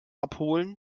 abholen